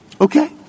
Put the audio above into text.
Okay